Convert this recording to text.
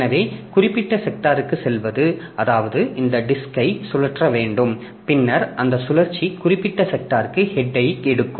எனவே குறிப்பிட்ட செக்டார்க்குச் செல்வது அதாவது இந்த டிஸ்க் ஐ சுழற்ற வேண்டும் பின்னர் அந்த சுழற்சி குறிப்பிட்ட செக்டார்க்கு ஹெட்யை எடுக்கும்